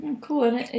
Cool